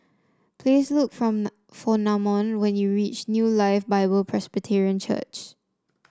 please look from for Namon when you reach New Life Bible Presbyterian Church